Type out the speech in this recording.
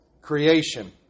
creation